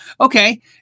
Okay